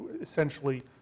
essentially